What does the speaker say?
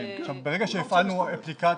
ברגע שהפעלנו אפליקציות,